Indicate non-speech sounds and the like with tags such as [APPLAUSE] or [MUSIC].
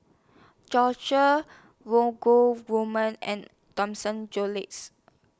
George [UNINTELLIGIBLE] woman and [UNINTELLIGIBLE]